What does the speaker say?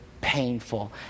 painful